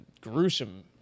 gruesome